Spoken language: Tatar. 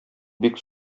бик